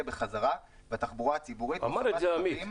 בחזרה בתחבורה הציבורית..." --- אמר את זה אמיר.